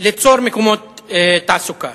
ליצור מקומות תעסוקה.